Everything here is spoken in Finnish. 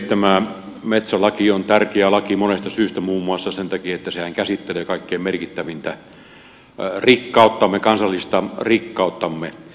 tämä metsälaki on tärkeä laki monesta syystä muun muassa sen takia että sehän käsittelee kaikkein merkittävintä rikkauttamme kansallista rikkauttamme